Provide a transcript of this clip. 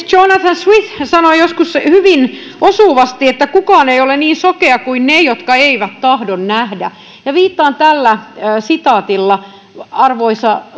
jonathan swift sanoi joskus hyvin osuvasti että kukaan ei ole niin sokea kuin ne jotka eivät tahdo nähdä viittaan tällä sitaatilla arvoisa